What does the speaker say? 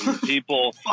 People